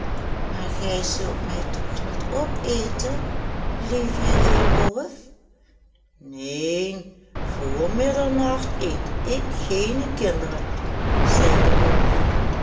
maar gij zult mij toch niet opeten lieve heer wolf neen voor middernacht eet ik geene kinderen zei de wolf